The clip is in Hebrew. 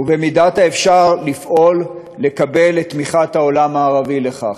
ובמידת האפשר לפעול לקבל את תמיכת העולם הערבי לכך.